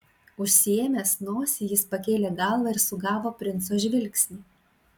užsiėmęs nosį jis pakėlė galvą ir sugavo princo žvilgsnį